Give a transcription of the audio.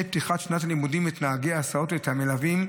פתיחת שנת הלימודים את נהגי ההסעות ואת המלווים,